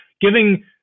Giving